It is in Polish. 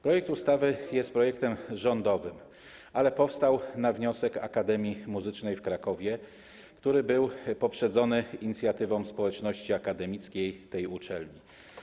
Projekt ustawy jest projektem rządowym, ale powstał na wniosek Akademii Muzycznej w Krakowie, który był poprzedzony inicjatywą społeczności akademickiej tej uczelni.